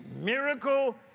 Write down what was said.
miracle